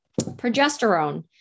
progesterone